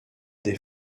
des